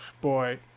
boy